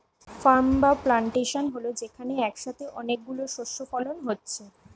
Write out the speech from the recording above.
farm বা plantation হল যেখানে একসাথে অনেক গুলো শস্য ফলন হচ্ছে